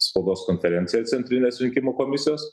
spaudos konferencija centrinės rinkimų komisijos